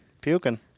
Puking